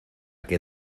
que